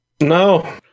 No